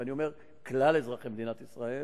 ואני אומר: כלל אזרחי מדינת ישראל,